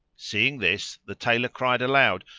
seeing this the tailor cried aloud,